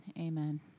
Amen